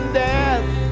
death